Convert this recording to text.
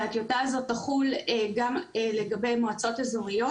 שהטיוטה הזאת תחול גם לגבי מועצות אזוריות.